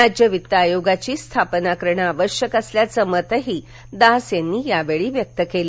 राज्य वित्त आयोगांची स्थापना करणं आवश्यक असल्याच मतही दास यांनी यावेळी व्यक्त केलं